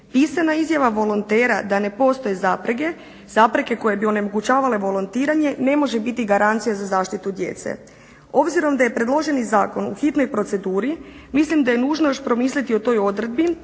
Pisana izjava volontera da ne postoje zapreke koje bi onemogućavale volontiranje ne može biti garancija za zaštitu djece. Obzirom da je predloženi zakon u hitnoj proceduri mislim da je nužno još promisliti o toj odredbi